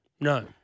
No